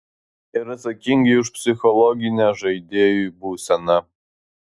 ir atsakingi už psichologinę žaidėjų būseną